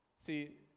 See